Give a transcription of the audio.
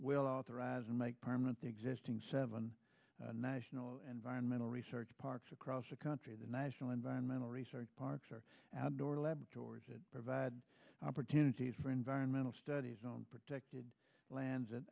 will authorize and make permanent the existing seven national environmental research parks across the country the national environmental research parks or outdoor laboratories that provide opportunities for environmental studies on protected lands and